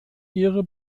ihre